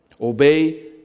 Obey